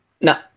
No